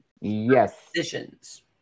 Yes